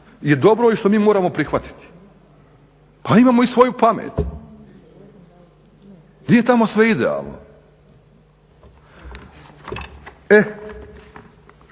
je dobro i što mi moramo prihvatiti, pa imamo i svoju pamet, nije tamo sve idealno.